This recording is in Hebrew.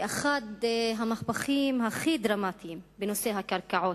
ואחד המהפכים הכי דרמטיים בנושא הקרקעות.